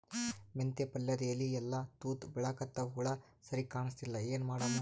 ಮೆಂತೆ ಪಲ್ಯಾದ ಎಲಿ ಎಲ್ಲಾ ತೂತ ಬಿಳಿಕತ್ತಾವ, ಹುಳ ಸರಿಗ ಕಾಣಸ್ತಿಲ್ಲ, ಏನ ಮಾಡಮು?